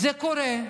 זה קורה.